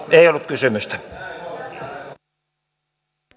ei ollut kysymystä